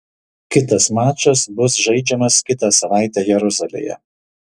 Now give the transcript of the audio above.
kitas mačas bus žaidžiamas kitą savaitę jeruzalėje